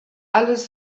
alles